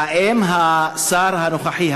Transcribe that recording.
האם השר הנוכחי,